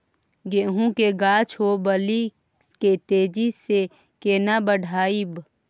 गेहूं के गाछ ओ बाली के तेजी से केना बढ़ाइब?